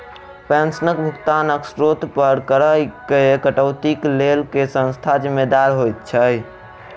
पेंशनक भुगतानक स्त्रोत पर करऽ केँ कटौतीक लेल केँ संस्था जिम्मेदार होइत छैक?